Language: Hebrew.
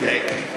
כן,